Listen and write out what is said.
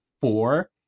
four